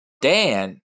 Dan